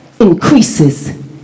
increases